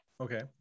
Okay